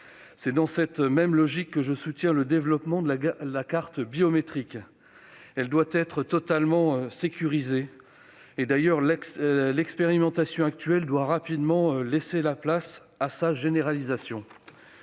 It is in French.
C'est dans cette même logique que je soutiens le développement de la carte biométrique : elle doit être totalement sécurisée. D'ailleurs, l'expérimentation actuelle doit rapidement laisser place à sa généralisation.